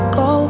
go